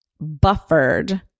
buffered